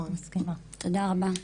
תודה רבה.